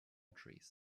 trees